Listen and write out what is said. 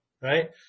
right